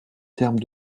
termes